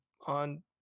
on